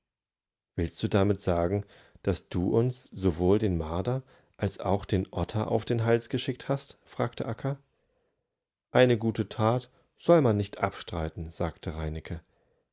gänseüberdienachtdenkt dieicheuchbereitethabe willstdudamit sagen daß du uns sowohl den marder als auch den otter auf den hals geschickt hast fragte akka eine gute tat soll man nicht abstreiten sagte